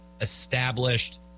established